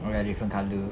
oh ya different colour